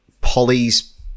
polly's